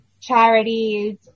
charities